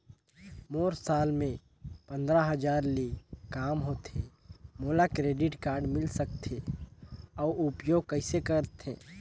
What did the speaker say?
मोर साल मे पंद्रह हजार ले काम होथे मोला क्रेडिट कारड मिल सकथे? अउ उपयोग कइसे करथे?